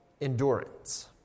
endurance